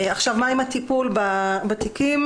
מה עם הטיפול בתיקים.